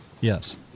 Yes